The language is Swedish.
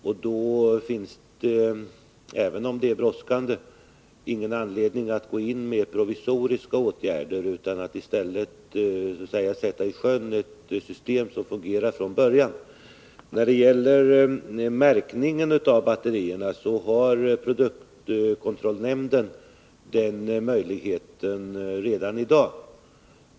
Därför finns det, även om det är brådskande, ingen anledning att gå in med provisoriska åtgärder, utan i stället kan man så att säga sätta i sjön ett system som fungerar från början. När det gäller märkningen av batterierna har produktkontrollnämnden en sådan möjlighet redan i dag.